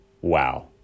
Wow